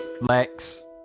Lex